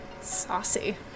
Saucy